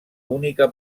única